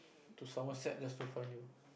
to somerset just to find you